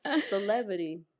Celebrity